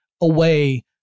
away